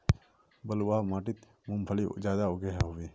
बलवाह माटित मूंगफली ज्यादा उगो होबे?